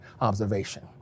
observation